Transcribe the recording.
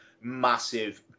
massive